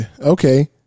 okay